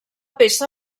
peça